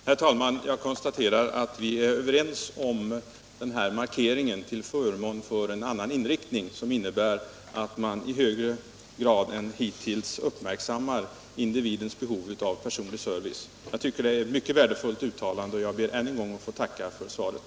Herr talman! Jag konstaterar att vi är överens om denna markering till förmån för en annan inriktning, som innebär att man i högre grad än hittills uppmärksammar individens behov av personlig service. Jag tycker det är ett mycket värdefullt uttalande, och jag ber ännu en gång att få tacka för svaret.